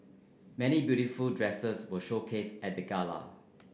many beautiful dresses were showcased at the gala